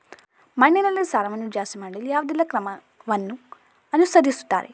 ಮಣ್ಣಿನಲ್ಲಿ ಸಾರವನ್ನು ಜಾಸ್ತಿ ಮಾಡಲು ಯಾವುದೆಲ್ಲ ಕ್ರಮವನ್ನು ಅನುಸರಿಸುತ್ತಾರೆ